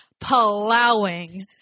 plowing